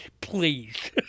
please